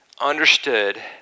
understood